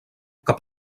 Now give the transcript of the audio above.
cap